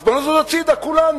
אז בואו נזוז הצדה כולנו,